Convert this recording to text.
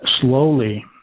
slowly